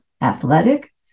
athletic